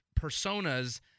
personas